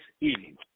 eating